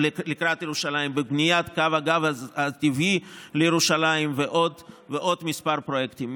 בבניית קו הגז הטבעי לירושלים ובעוד כמה פרויקטים.